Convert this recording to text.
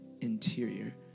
interior